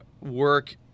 work